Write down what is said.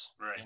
Right